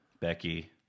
Becky